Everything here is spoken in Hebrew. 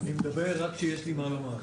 אני מדבר רק כשיש לי מה לומר.